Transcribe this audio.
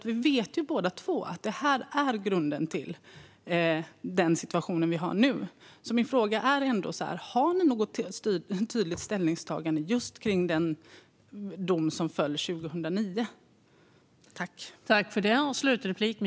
Vi vet ju båda två att detta är grunden till den situation vi har nu. Min fråga är: Har ni något tydligt ställningstagande just när det gäller den dom som föll 2009?